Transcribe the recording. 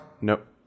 Nope